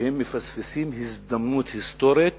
שהם מפספסים הזדמנות היסטורית